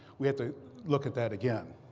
we have to look at that again.